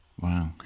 Wow